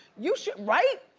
you should, right?